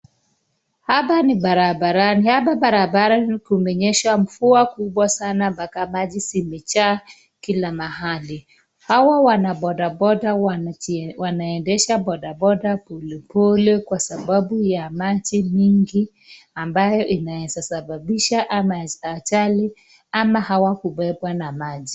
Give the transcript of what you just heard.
Hapa ni barabarani hapa baraba kumenyesha mvua kubwa sana paka maji imejaa Kila mahali hawa Wana bodaboda wanaendesha bodaboda polepole kwa sababu ya maji mingi ambaye inaweza sababisha ama ajali ama hawa kupepwa na maji.